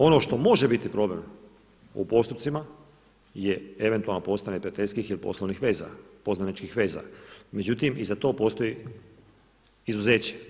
Ono što može biti problem u postupcima je eventualno postojanje prijateljskih ili poslovnih veza, poznaničinih veza, međutim i za to postoji izuzeće.